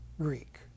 Greek